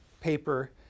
paper